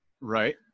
Right